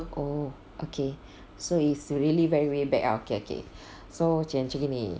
oh okay so it's really very way back ah okay okay so macam macam gini